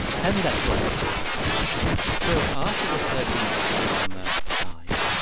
tell me that story please so after the thirteenth dalai lama died,